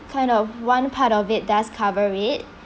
kind of one part of it does cover it